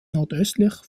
nordöstlich